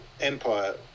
Empire